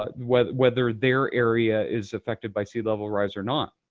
ah whether whether their area is affected by sea level rise or not.